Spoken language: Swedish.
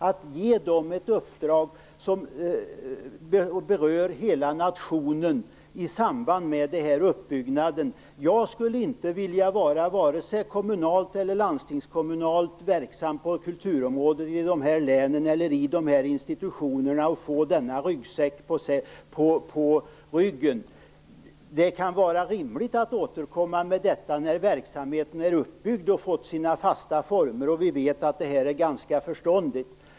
Nu vill Miljöpartiet, i samband med uppbyggnaden, ge en sådan verksamhet ett uppdrag som berör hela nationen. Jag skulle inte vilja vara vare sig kommunalt eller landstingskommunalt verksam på kulturområdet i dessa län eller verksam i dessa institutioner och få denna ryggsäck på ryggen. Det kan vara rimligt att återkomma med detta när verksamheten är uppbyggd och har fått sina fasta former och vi kan se att det hela är förståndigt.